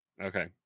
Okay